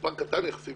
מספר קטן יחסית,